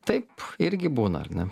taip irgi būna ar ne